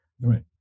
Right